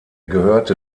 gehörte